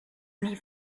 nie